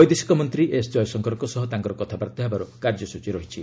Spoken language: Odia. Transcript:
ବୈଦେଶିକ ମନ୍ତ୍ରୀ ଏସ୍ ଜୟଶଙ୍କର ସହ ତାଙ୍କର କଥାବାର୍ତ୍ତା ହେବାର କାର୍ଯ୍ୟସୂଚୀ ରହିଛି